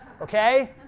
okay